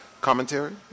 commentary